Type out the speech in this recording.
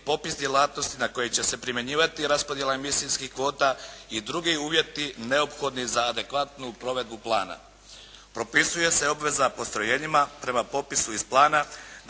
popis djelatnosti na koje će se primjenjivati raspodjela emisijskih kvota i drugi uvjeti neophodni za adekvatnu provedbu plana. Propisuje se obveza postrojenjima prema popisu iz plana